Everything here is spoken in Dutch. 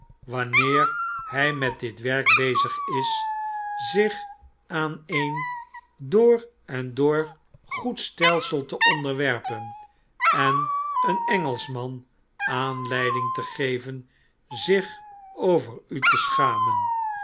wanneer hjj met dit werk bezig is zich aan een door en door goed stelsel te onderwerpen en een engelschman aanleiding te geven zich over u te schamen